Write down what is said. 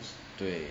对